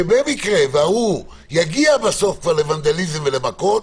שבמקרה ואותו אדם יגיע בסוף לוונדליזם ולמכות,